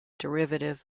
derivative